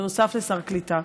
בנוסף לשר קליטה.